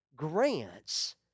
grants